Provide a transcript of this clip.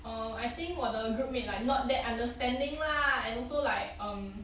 um I think 我的 group mate like not that understanding lah and also like um